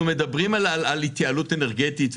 אנחנו מדברים על התייעלות אנרגטית,